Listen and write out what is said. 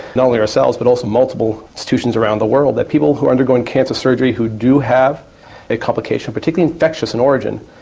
not only ourselves but also multiple institutions around the world, that people who are undergoing cancer surgery who do have a complication, particularly infectious in origin,